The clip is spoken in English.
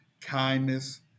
kindness